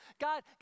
God